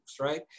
right